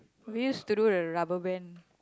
we used to do the rubber band